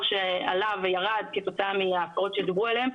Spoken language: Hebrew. שעלה וירד כתוצאה מהפריצות שדוברו עליהן.